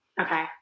Okay